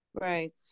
Right